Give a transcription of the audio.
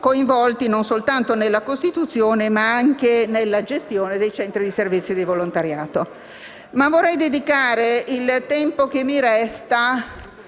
coinvolti, non soltanto nella costituzione ma anche nella gestione dei centri di servizi di volontariato. Vorrei, però, dedicare il tempo che mi resta